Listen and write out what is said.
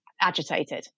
agitated